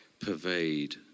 pervade